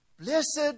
blessed